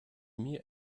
mir